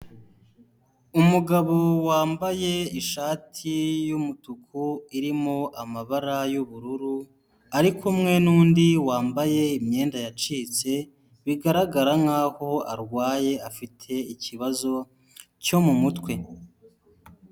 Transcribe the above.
Umugabo wambaye ishati y'umutuku irimo amabara y'ubururu, ari kumwe n'undi wambaye imyenda yacitse, bigaragara nka ho arwaye, afite ikibazo cyo mu mutwe.